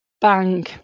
Bang